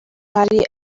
bari